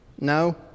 No